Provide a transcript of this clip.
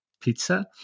pizza